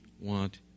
want